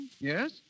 yes